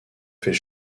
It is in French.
fait